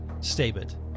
statement